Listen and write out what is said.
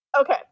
okay